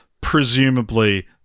presumably